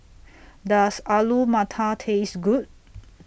Does Alu Matar Taste Good